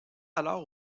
alors